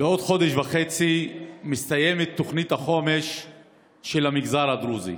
בעוד חודש וחצי מסתיימת תוכנית החומש של המגזר הדרוזי,